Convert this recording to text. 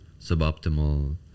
suboptimal